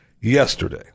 Yesterday